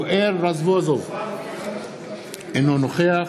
יואל רזבוזוב, אינו נוכח